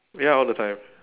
ya all the time